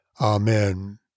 Amen